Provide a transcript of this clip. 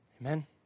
Amen